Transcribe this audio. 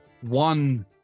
One